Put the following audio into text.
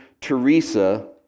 Teresa